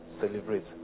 celebrate